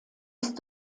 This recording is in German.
ist